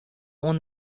oan